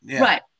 Right